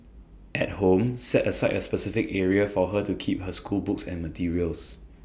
at home set aside A specific area for her to keep her schoolbooks and materials